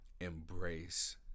embrace